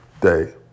day